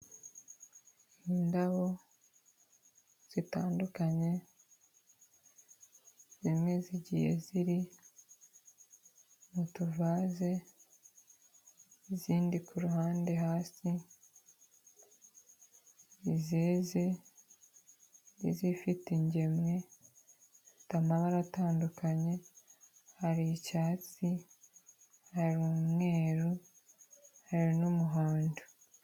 Indabo zitandukanye zimwe zigiye ziri mu tuvaze, izindi ku ruhande hasi, izeze, n'izifite ingemwe. Zifite amabara atandukanye: hari icyatsi, hari umweru, hari n'umuhondo.